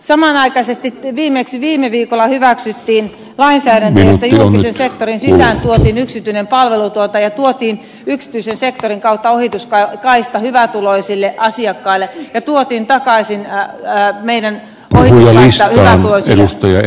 samanaikaisesti viimeksi viime viikolla hyväksyttiin lainsäädäntö jossa julkisen sektorin sisään tuotiin yksityinen palveluntuottaja ja tuotiin yksityisen sektorin kautta ohituskaista hyvätuloisille asiakkaille ja tuotiin takaisin puhemies sulki puhujan mikrofonin koska puheaika ylittyi